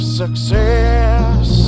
success